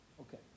Okay